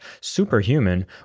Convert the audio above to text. superhuman